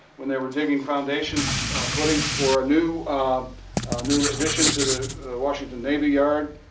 when they were digging foundations footings for a new new addition to the washington navy yard